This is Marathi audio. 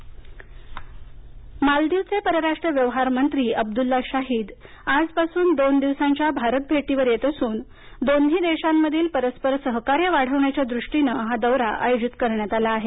मालदीव मालदीवचे पराराष्ट्र व्यवहार मंत्री अब्दुल्ला शाहीद आजपासून दोन दिवसांच्या भारत भेटीवर येत असून दोन्ही देशांमधील परस्पर सहकार्य वाढवण्याच्या दृष्टीन हा दौरा आयोजित करण्यात आला आहे